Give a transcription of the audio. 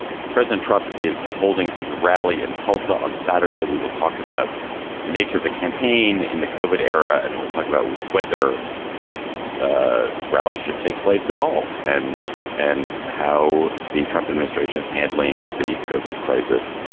president trump is holding his rally in tulsa. on saturday, we will talk about the nature of the campaign in the covert era and we'll talk about whether this ah rally should take place at all and and how the trump administration is handling the covert crisis,